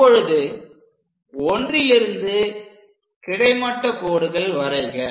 இப்பொழுது 1'லிருந்து கிடைமட்டக் கோடுகள் வரைக